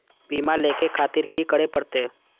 बीमा लेके खातिर की करें परतें?